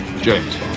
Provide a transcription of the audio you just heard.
James